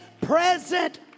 present